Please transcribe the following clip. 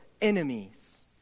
enemies